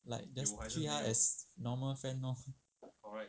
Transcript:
like just treat her as normal friend lor